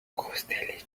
kosteliç